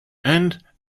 and